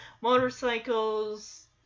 motorcycles